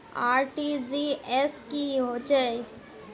RTGS की होचए?